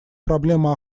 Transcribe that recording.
проблема